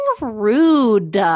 rude